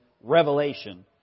Revelation